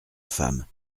femme